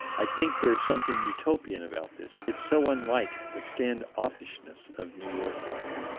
i think there's something utopian about this it's so unlike the stand-offishness of new york life.